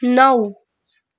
नौ